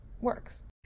works